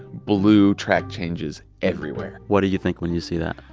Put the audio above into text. blue track changes everywhere what do you think when you see that?